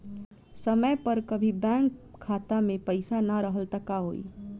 समय पर कभी बैंक खाता मे पईसा ना रहल त का होई?